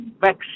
back